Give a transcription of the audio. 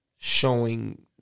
Showing